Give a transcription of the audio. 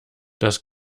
das